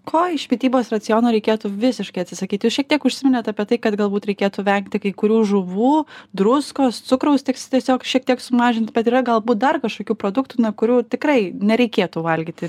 ko iš mitybos raciono reikėtų visiškai atsisakyti jūs šiek tiek užsiminėt apie tai kad galbūt reikėtų vengti kai kurių žuvų druskos cukraus teks tiesiog šiek tiek sumažinti bet yra galbūt dar kažkokių produktų kurių tikrai nereikėtų valgyti